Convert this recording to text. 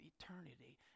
eternity